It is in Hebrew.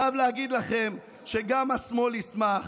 אני חייב להגיד לכם שגם השמאל ישמח,